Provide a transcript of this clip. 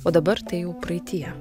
o dabar tai jau praeityje